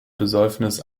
besäufnis